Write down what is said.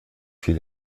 fiel